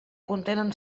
contenen